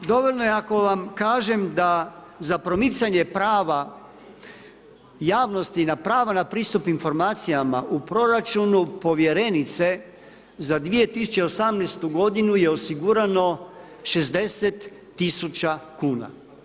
Dovoljno je ako vam kažem, da za promicanje prava javnosti na pravo na pristup informacijama u proračunu, povjerenice, za 2018.g . je osigurano 60 tisuća kn.